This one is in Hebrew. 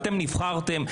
אתם נבחרתם,